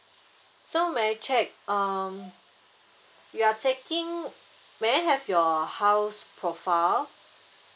so may I check um you are taking may I have your house profile